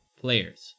players